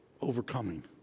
overcoming